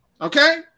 Okay